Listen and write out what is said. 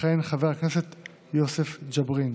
יכהן חבר הכנסת יוסף ג'בארין.